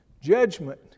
Judgment